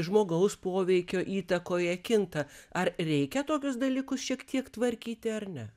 žmogaus poveikio įtakoje kinta ar reikia tokius dalykus šiek tiek tvarkyti ar ne